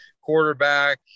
quarterback